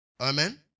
Amen